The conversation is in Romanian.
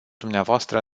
dumneavoastră